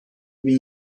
bin